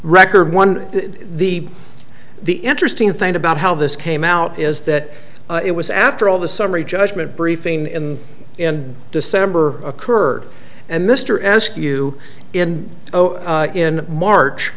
record one of the the interesting thing about how this came out is that it was after all the summary judgment briefing in in december occurred and mr ask you in in march